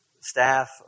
staff